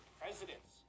presidents